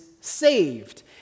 saved